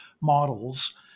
models